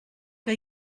que